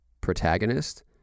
protagonist